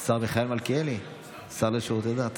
השר לשירותי דת